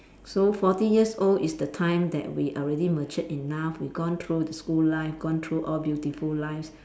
so forty years old is the time that we are already mature enough we gone through school life gone through all beautiful lives